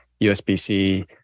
USB-C